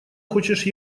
хочешь